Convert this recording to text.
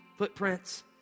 Footprints